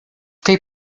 tej